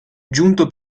giunto